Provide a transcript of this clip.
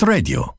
Radio